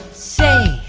safe!